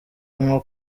nko